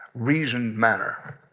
reasoned manner.